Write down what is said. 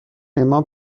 اما